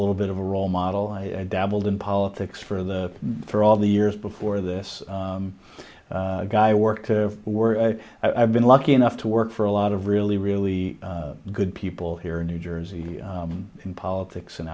little bit of a role model i dabbled in politics for the for all the years before this guy worked were i've been lucky enough to work for a lot of really really good people here in new jersey in politics and